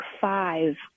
five